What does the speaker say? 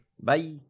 bye